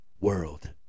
world